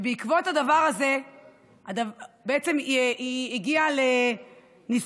בעקבות הדבר הזה בעצם היא הגיעה לניסיון